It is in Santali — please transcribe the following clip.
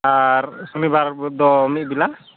ᱟᱨ ᱥᱚᱱᱤ ᱵᱟᱨ ᱫᱚ ᱢᱤᱫ ᱵᱮᱞᱟ